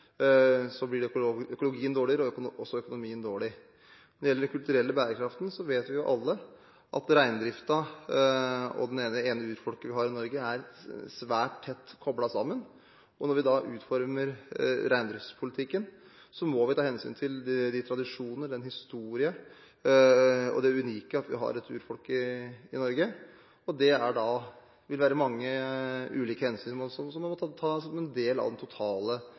økologien dårligere, og økonomien også dårlig. Når det gjelder den kulturelle bærekraften, vet vi jo alle at reindriften og det ene urfolket vi har i Norge, er svært tett koblet sammen. Når vi da utformer reindriftspolitikken, må vi ta hensyn til de tradisjoner, den historie og det unike i at vi har et urfolk i Norge. Det vil være mange ulike hensyn som man må ta som en del av den totale